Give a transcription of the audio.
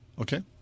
okay